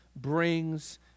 brings